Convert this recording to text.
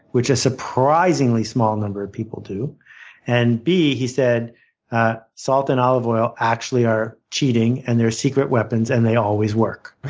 which a surprisingly small number of people do and b he said ah salt and olive oil actually are cheating and they're secret weapons and they always work.